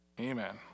Amen